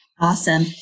Awesome